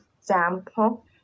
example